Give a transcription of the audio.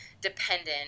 dependent